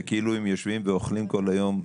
זה כאילו הם יושבים ואוכלים כל היום.